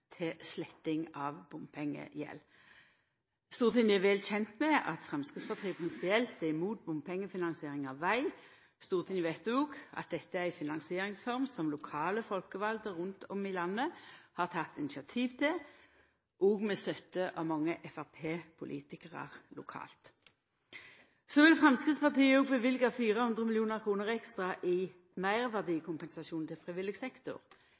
til sletting av bompengegjeld. Stortinget er vel kjent med at Framstegspartiet prinsipielt er mot bompengefinansiering av veg. Stortinget veit òg at dette er ei finansieringsform som lokale folkevalde rundt om i landet har teke initiativ til, òg med støtte av mange framstegspartipolitikarar lokalt. Så vil Framstegspartiet òg løyva 400 mill. kr ekstra i meirverdikompensasjon til frivillig sektor.